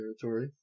territory